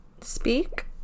speak